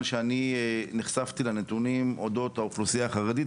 שאני נחשפתי לנתונים אודות האוכלוסייה החרדית,